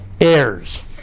heirs